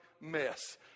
mess